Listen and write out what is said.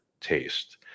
taste